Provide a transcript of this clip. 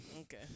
Okay